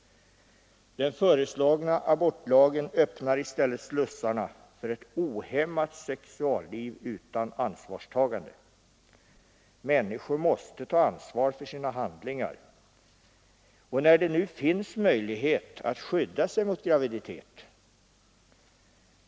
Den föreslagna abortlagen öppnar i stället slussarna för ett ohämmat sexualliv utan ansvarstagande. Människor måste ta ansvar för sina handlingar, när det nu finns möjligheter att skydda sig mot graviditet.